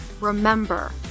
remember